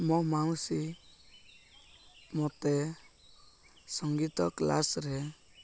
ମୋ ମାଉସୀ ମତେ ସଙ୍ଗୀତ କ୍ଲାସରେ